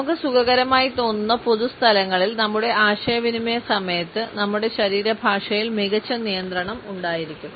നമുക്ക് സുഖകരമായി തോന്നുന്ന പൊതുസ്ഥലങ്ങളിൽ നമ്മുടെ ആശയവിനിമയ സമയത്ത് നമ്മുടെ ശരീരഭാഷയിൽ മികച്ച നിയന്ത്രണം ഉണ്ടായിരിക്കും